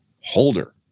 holder